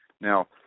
Now